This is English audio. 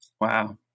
Wow